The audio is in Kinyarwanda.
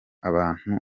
abantu